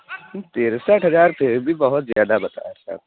ترسٹھ ہزار تو یہ بھی بہت زیادہ بتا رہے ہیں آپ